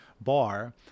bar